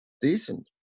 decent